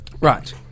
Right